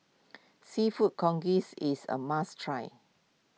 Seafood Congee is a must try